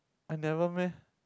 I never meh